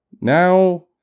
now